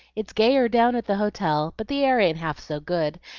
it's gayer down at the hotel, but the air ain't half so good,